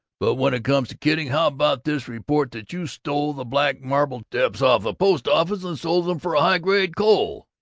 but when it comes to kidding, how about this report that you stole the black marble steps off the post-office and sold em for high-grade coal!